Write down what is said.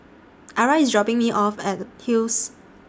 Ara IS dropping Me off At Hills